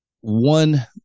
one